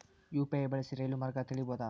UPI ಬಳಸಿ ರೈಲು ಮಾರ್ಗ ತಿಳೇಬೋದ?